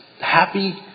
happy